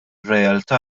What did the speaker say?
realtà